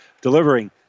delivering